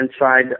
inside